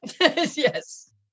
Yes